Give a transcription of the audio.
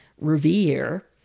revere